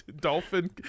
dolphin